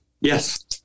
Yes